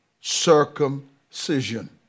circumcision